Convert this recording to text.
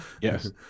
Yes